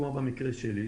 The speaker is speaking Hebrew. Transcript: כמו התאגיד שלי,